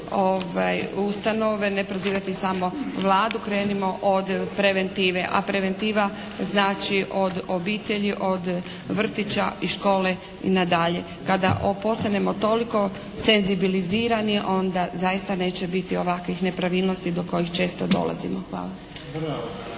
ustanove, ne prozivati samo Vladu, krenimo od preventive, a preventiva znači od obitelji, od vrtića i škole na dalje. Kada postanemo toliko senzibilizirani onda zaista neće biti ovakvih nepravilnosti do kojih često dolazimo. Hvala.